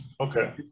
Okay